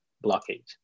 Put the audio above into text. blockade